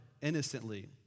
innocently